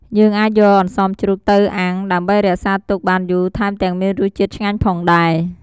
យើងអាចយកអន្សមជ្រូកទៅអាំងដើម្បីរក្សាទុកបានយូថែមទាំងមានរសជាតិឆ្ងាញ់ផងដែរ។